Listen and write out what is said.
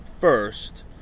first